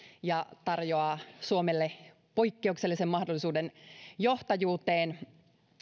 ja tarjoaa suomelle poikkeuksellisen mahdollisuuden johtajuuteen